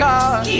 God